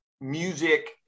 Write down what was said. music